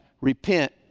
repent